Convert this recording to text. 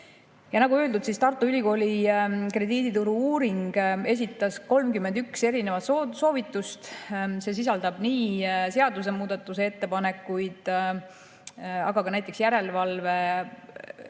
Ja nagu öeldud, siis Tartu Ülikooli krediidituru uuring esitas 31 soovitust. See sisaldab nii seaduse muutmise ettepanekuid, aga ka näiteks järelevalve tugevdamist